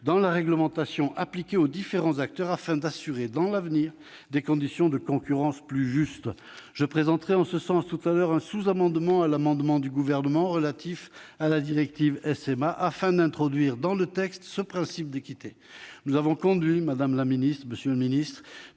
dans la réglementation appliquée aux différents acteurs afin d'assurer, à l'avenir, des conditions de concurrence plus justes. Je présenterai en ce sens un sous-amendement à l'amendement du Gouvernement relatif à la directive SMA afin d'introduire dans le texte ce principe d'équité. Madame la ministre, monsieur le ministre,